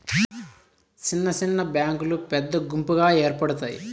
సిన్న సిన్న బ్యాంకులు పెద్ద గుంపుగా ఏర్పడుతాయి